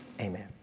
Amen